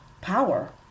power